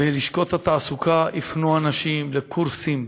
בלשכות התעסוקה הפנו אנשים לקורסים,